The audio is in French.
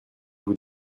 vous